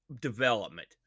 development